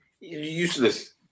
Useless